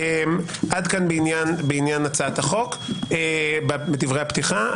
עד כאן בעניין הצעת החוק בדברי הפתיחה.